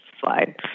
slide